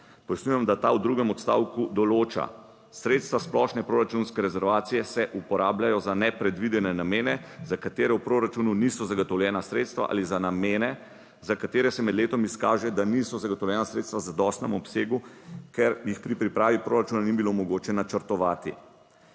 pojasnjujem, da ta v drugem odstavku določa: sredstva splošne proračunske rezervacije se uporabljajo za nepredvidene namene za katere v proračunu niso zagotovljena sredstva ali za namene za katere se med letom izkaže, da niso zagotovljena sredstva v zadostnem obsegu, ker jih pri pripravi proračuna ni bilo mogoče načrtovati.